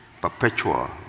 perpetual